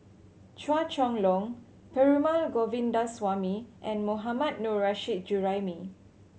Chua Chong Long Perumal Govindaswamy and Mohammad Nurrasyid Juraimi